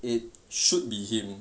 it should be him